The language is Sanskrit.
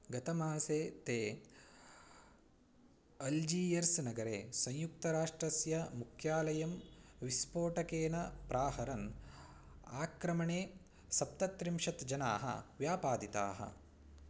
गतमासे ते अल्जियर्स् नगरे संयुक्तराष्ट्रस्य मुख्यालयं विस्फोटकेन प्राहरन् आक्रमणे सप्तत्रिंशत् जनाः व्यापादिताः